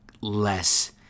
less